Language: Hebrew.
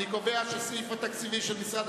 אני קובע שהסעיף התקציבי של משרד